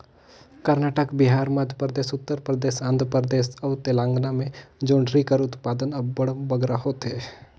करनाटक, बिहार, मध्यपरदेस, उत्तर परदेस, आंध्र परदेस अउ तेलंगाना में जोंढरी कर उत्पादन अब्बड़ बगरा होथे